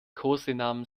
kosenamen